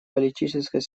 политической